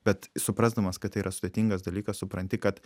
bet suprasdamas kad tai yra sudėtingas dalykas supranti kad